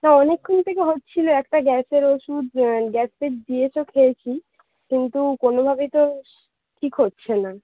না অনেকক্ষণ থেকে হচ্ছিলো একটা গ্যাসের ওষুদ গ্যাসের জি এস ও খেয়েছি কিন্তু কোনোভাবেই তো ঠিক হচ্ছে না